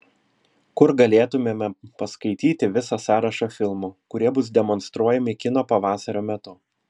kur galėtumėme paskaityti visą sąrašą filmų kurie bus demonstruojami kino pavasario metu